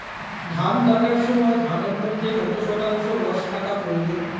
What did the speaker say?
ধান কাটার সময় ধানের মধ্যে কত শতাংশ রস থাকা প্রয়োজন?